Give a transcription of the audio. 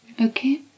Okay